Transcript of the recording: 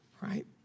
right